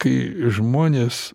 kai žmonės